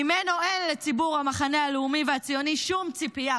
שממנו אין לציבור המחנה הלאומי והציוני שום ציפייה,